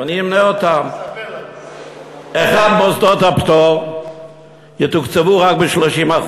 ואני אמנה אותן: מוסדות הפטור יתוקצבו רק ב-30%.